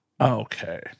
Okay